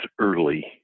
early